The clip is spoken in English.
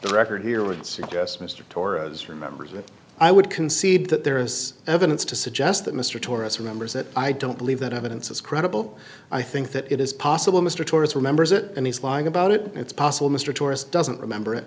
the record here it suggests mr torrens remember that i would concede that there is evidence to suggest that mr torres remembers that i don't believe that evidence is credible i think that it is possible mr torrance remembers it and he's lying about it it's possible mr tourist doesn't remember it